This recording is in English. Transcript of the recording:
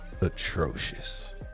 atrocious